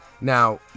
Now